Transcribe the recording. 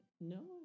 No